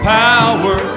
power